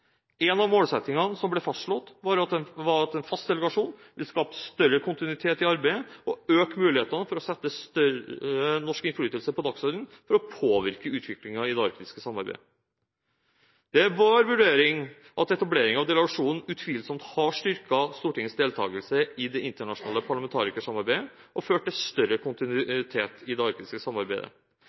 En av målsettingene som ble fastslått, var at en fast delegasjon ville skape større kontinuitet i arbeidet og øke mulighetene for å sette større norsk innflytelse på dagsordenen for å påvirke utviklingen i det arktiske samarbeidet. Det er vår vurdering at etableringen av delegasjonen utvilsomt har styrket Stortingets deltakelse i det internasjonale parlamentarikersamarbeidet og ført til større kontinuitet i det arktiske samarbeidet.